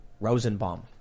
Rosenbaum